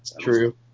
True